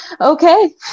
Okay